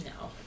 No